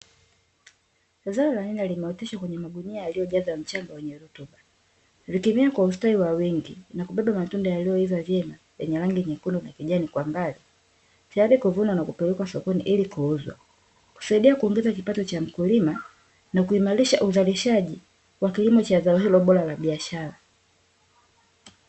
Zao la nyanya limeoteshwa kwenye magunia yaliyojazwa mchanga wenye rutuba. Zikimea kwa ustawi wa wingi na kubeba matunda yaliyoiva vyema yenye rangi nyekundu na kijani kwa mbali, tayari kuvunwa na kupelekwa sokoni ili kuuzwa. Kusaidia kuongeza kipato cha mkulima na kuimarisha uzalishaji wa kilimo cha zao hilo bora la biashara.